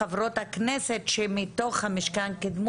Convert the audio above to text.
חברות הכנסת שקידמו את זה מתוך המשכן,